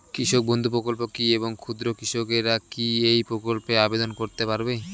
কৃষক বন্ধু প্রকল্প কী এবং ক্ষুদ্র কৃষকেরা কী এই প্রকল্পে আবেদন করতে পারবে?